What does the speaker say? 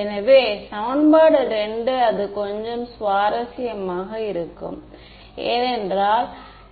எனவே சமன்பாடு 2 அது கொஞ்சம் சுவாரஸ்யமாக இருக்கும் ஏனென்றால்